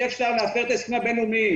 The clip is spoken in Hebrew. אי אפשר להפר את ההסכמים הבין-לאומיים.